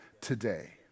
today